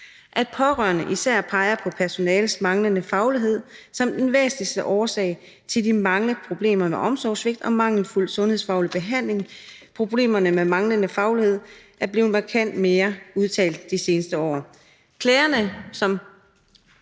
at pårørende især peger på personalets manglende faglighed som den væsentligste årsag til de mange problemer med omsorgssvigt og mangelfuld sundhedsfaglig behandling. Og problemerne med manglende faglighed er blevet markant mere udtalt de seneste år. Klagerne, som